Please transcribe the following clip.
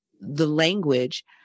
language